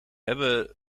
hebben